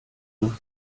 noch